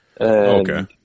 Okay